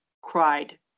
cried